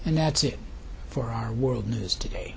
and that's it for our world news today